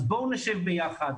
אז בואו נשב ביחד.